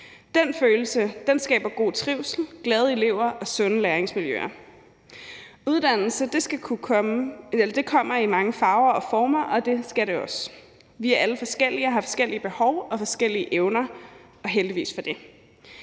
den følelse skaber god trivsel, glade elever og sunde læringsmiljøer. Uddannelse kommer i mange farver og former, og det skal det også. Vi er alle forskellige og har forskellige behov og forskellige evner – og heldigvis for det.